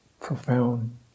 profound